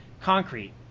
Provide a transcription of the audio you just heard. Concrete